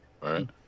right